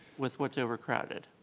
with what's overcrowded.